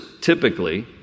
typically